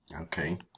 Okay